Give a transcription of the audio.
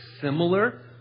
similar